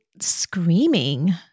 screaming